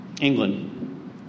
England